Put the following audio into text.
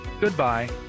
Goodbye